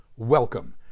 Welcome